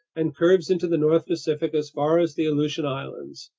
and curves into the north pacific as far as the aleutian islands,